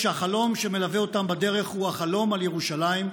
כשהחלום שמלווה אותם בדרך הוא החלום על ירושלים,